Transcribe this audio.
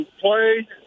play